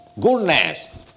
goodness